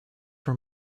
were